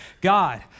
God